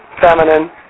feminine